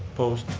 post,